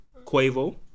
Quavo